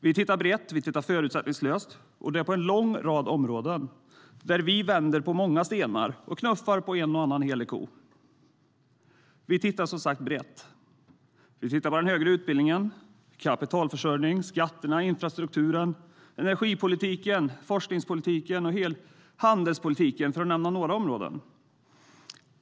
Vi tittar brett och förutsättningslöst på en lång rad områden där vi vänder på många stenar och knuffar på en och annan helig ko. Vi tittar som sagt brett. Vi tittar på den högre utbildningen, kapitalförsörjning, skatterna, infrastrukturen, energipolitiken, forskningspolitiken och handelspolitiken, för att nämna några områden.